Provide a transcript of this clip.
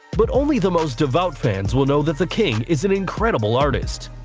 but only the most devout fans will know that the king is an incredible artist.